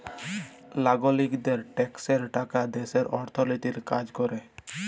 লাগরিকদের ট্যাক্সের টাকা দ্যাশের অথ্থলৈতিক কাজ ক্যরে